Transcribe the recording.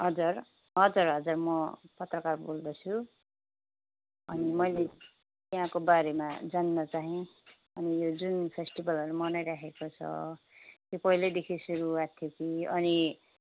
हजुर हजुर हजुर म पत्रकार बोल्दैछु अनि मैले त्यहाँको बारेमा जान्न चाहे अनि यो जुन फेस्टिभलहरू मनाइराखेको छ यो पहिलैदेखि सुरुवात थियो कि अनि